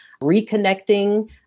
reconnecting